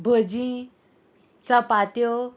भजी चपात्यो